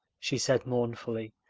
she said mournfully,